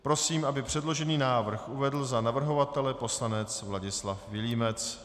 Prosím, aby předložený návrh uvedl za navrhovatele poslanec Vladislav Vilímec.